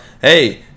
Hey